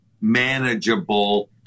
manageable